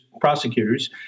prosecutors